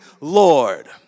Lord